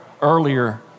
earlier